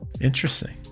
Interesting